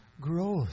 grows